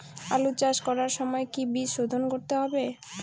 আলু চাষ করার সময় কি বীজ শোধন করতে হবে?